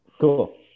Cool